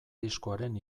diskoaren